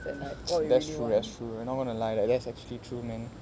than like what we really want